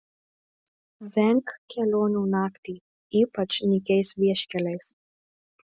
venk kelionių naktį ypač nykiais vieškeliais